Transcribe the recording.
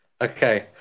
Okay